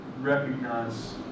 recognize